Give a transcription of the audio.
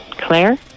Claire